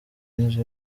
inzu